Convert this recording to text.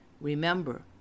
remember